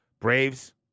Braves